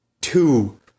two